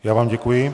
Já vám děkuji.